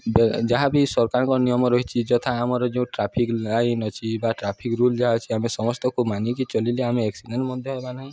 ବେ ଯାହାବି ସରକାରଙ୍କ ନିୟମ ରହିଛି ଯଥା ଆମର ଯେଉଁ ଟ୍ରାଫିକ୍ ଲାଇନ୍ ଅଛି ବା ଟ୍ରାଫିକ୍ ରୁଲ୍ ଯାହା ଅଛି ଆମେ ସମସ୍ତଙ୍କୁ ମାନିକି ଚଳିଲେ ଆମେ ଏକ୍ସିଡ଼େଣ୍ଟ୍ ମଧ୍ୟ ହବା ନାହିଁ